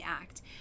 act